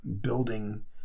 building